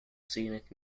scenic